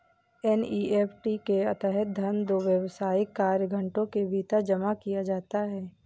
NEFT के तहत धन दो व्यावसायिक कार्य घंटों के भीतर जमा किया जाता है